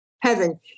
Heaven